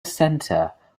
centre